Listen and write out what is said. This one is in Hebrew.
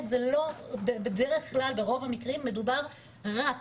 זה לא בדרך כלל ברוב המקרים מדובר רק,